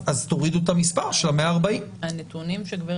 אז תורידו את המספר של 140,000. הנתונים שגב'